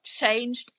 changed